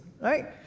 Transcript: Right